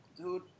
Dude